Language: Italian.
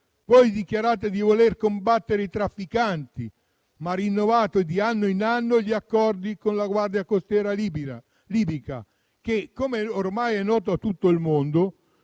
Voi dichiarate di voler combattere i trafficanti, ma rinnovate di anno in anno gli accordi con la guardia costiera libica che - come ormai è noto a tutto il mondo